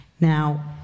Now